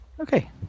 Okay